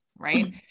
right